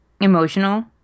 emotional